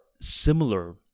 similar